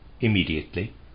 immediately